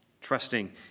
trusting